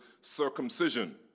circumcision